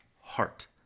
heart